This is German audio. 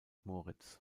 moritz